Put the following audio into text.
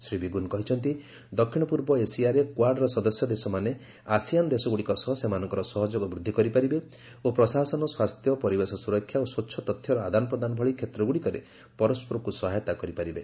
Shri Biegun କହିଛନ୍ତି ଦକ୍ଷିଣପୂର୍ବ ଏସିଆରେ କ୍ୱାଡ୍ର ସଦସ୍ୟ ଦେଶମାନେ ଆସିଆନ ଦେଶଗୁଡ଼ିକ ସହ ସେମାନଙ୍କର ସହଯୋଗ ବୃଦ୍ଧି କରିପାରିବେ ଓ ପ୍ରଶାସନ ସ୍ୱାସ୍ଥ୍ୟ ପରିବେଶ ସୁରକ୍ଷା ଓ ସ୍ୱଚ୍ଛ ତଥ୍ୟର ଆଦାନପ୍ରଦାନ ଭଳି କ୍ଷେତ୍ରଗୁଡ଼ିକରେ ପରସ୍କରକୁ ସହାୟତା କରିପାରିବେ